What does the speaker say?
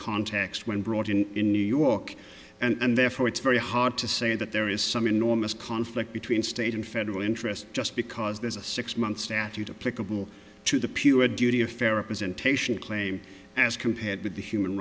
context when brought in in new york and therefore it's very hard to say that there is some enormous conflict between state and federal interest just because there's a six month statute to pick a bill to the pure duty of fair representation claim as compared with the human